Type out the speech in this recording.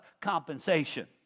compensation